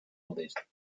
modest